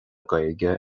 gaeilge